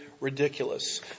ridiculous